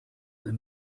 the